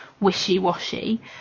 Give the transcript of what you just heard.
wishy-washy